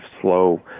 slow